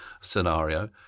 scenario